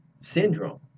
syndrome